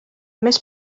més